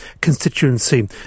constituency